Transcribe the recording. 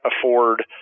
afford